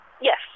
Yes